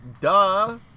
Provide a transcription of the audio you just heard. Duh